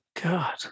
God